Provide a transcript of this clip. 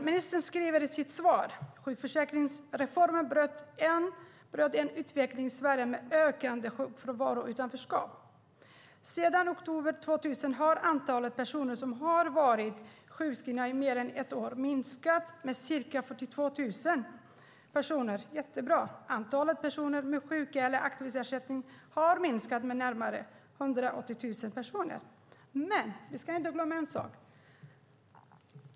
Ministern sade i sitt svar att "sjukförsäkringsreformen bröt en utveckling i Sverige med ökande sjukfrånvaro och utanförskap. Sedan oktober 2006 har antalet personer som har varit sjukskrivna i mer än ett år minskat med ca 42 000." Det är bra. "Antalet personer med sjuk eller aktivitetsersättning har minskat med närmare 180 000." Men vi ska inte glömma en sak.